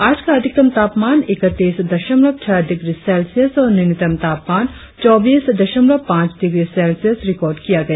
आज का अधिकतम तापमान ईकतीस दशमलव छह डिग्री सेल्सियस और न्यूनतम तापमान चौबीस दशमलव पांच डिग्री सेल्सियस रिकार्ड किया गया